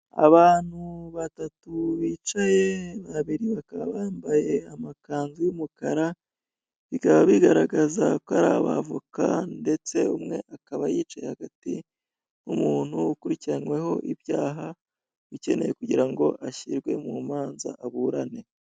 Abantu batatu bicaye, babiri bakaba bambaye amakanzu y'umukara, bikaba bigaragaza ko ari abavoka ndetse umwe akaba yicaye hagati n'umuntu ukurikiranyweho ibyaha bikeneyewe kugira ngo ashyirwe mu manza aburane.